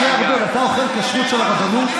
משה ארבל, אתה אוכל כשרות של הרבנות?